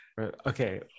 Okay